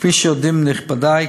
כפי שיודעים נכבדי,